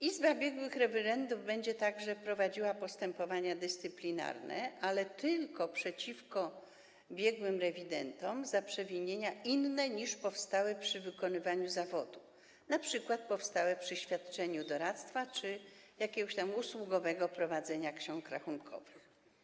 Izba biegłych rewidentów będzie także prowadziła postępowania dyscyplinarne, ale tylko przeciwko biegłym rewidentom za przewinienia inne niż powstałe przy wykonywaniu zawodu, np. powstałe przy świadczeniu doradztwa czy usługowego prowadzenia ksiąg rachunkowych.